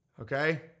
Okay